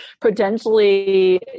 potentially